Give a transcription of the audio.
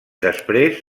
després